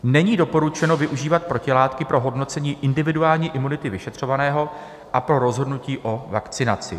Není doporučeno využívat protilátky pro hodnocení individuální imunity vyšetřovaného a pro rozhodnutí o vakcinaci.